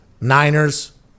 Niners